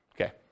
Okay